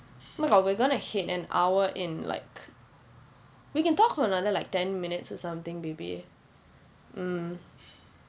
oh my god we're gonna hit an hour in like we can talk for another like ten minutes or something baby mm